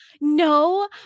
No